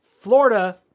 Florida